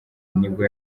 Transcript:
nibwo